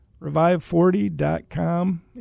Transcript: Revive40.com